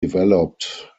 developed